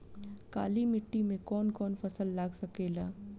काली मिट्टी मे कौन कौन फसल लाग सकेला?